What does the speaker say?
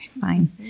Fine